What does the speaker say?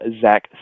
Zach